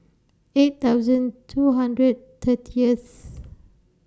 eight thousand two hundred thirtieth